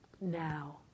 now